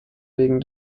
wegen